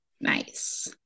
Nice